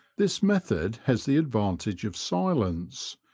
this method has the advantage of silence,